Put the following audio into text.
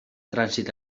trànsit